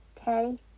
Okay